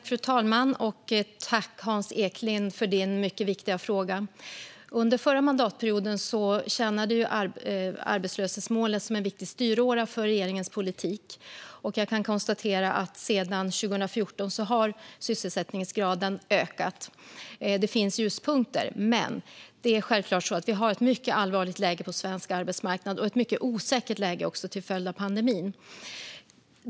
Fru talman! Jag tackar för Hans Eklinds mycket viktiga fråga. Under förra mandatperioden tjänade arbetslöshetsmålet som en viktig styråra för regeringens politik. Och jag kan konstatera att sysselsättningsgraden sedan 2014 har ökat. Det finns ljuspunkter, men vi har självklart ett mycket allvarligt läge på svensk arbetsmarknad och också ett mycket osäkert läge till följd av pandemin.